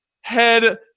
head